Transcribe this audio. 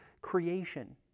creation